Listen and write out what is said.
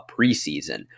preseason